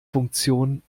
funktion